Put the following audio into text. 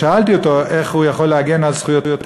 שאלתי אותו איך הוא יכול להגן על זכויותי,